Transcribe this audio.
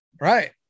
right